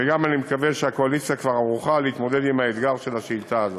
וגם אני מקווה שהקואליציה כבר ערוכה להתמודד עם האתגר של השאילתה הזאת.